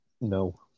No